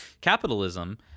capitalism